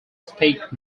speak